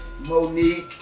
Monique